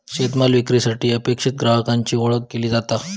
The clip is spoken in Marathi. शेतमाल विक्रीसाठी अपेक्षित ग्राहकाची ओळख केली जाता